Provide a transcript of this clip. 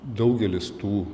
daugelis tų